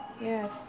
Yes